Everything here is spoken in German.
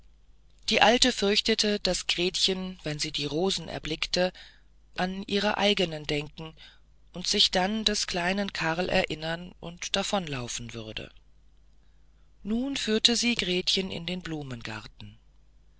die alte fürchtete daß gretchen wenn sie die rosen erblickte an ihre eigenen denken sich dann des kleinen karl erinnern und davonlaufen würde nun führte sie gretchen in den blumengarten